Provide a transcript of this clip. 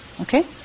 Okay